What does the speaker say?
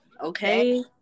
Okay